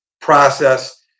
process